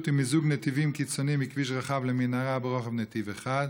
עם מיזוג נתיבים קיצוני מכביש רחב למנהרה ברוחב נתיב אחד?